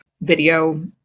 video